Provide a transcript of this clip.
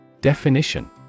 Definition